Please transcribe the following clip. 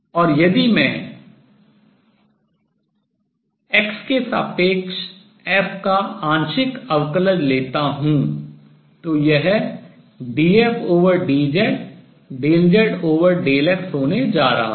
और यदि मैं x के सापेक्ष f का आंशिक अवकलज लेता हूँ तो यह dfdz∂z∂x होने जा रहा है